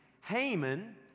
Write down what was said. Haman